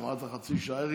אמרת חצי שעה.